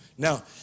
Now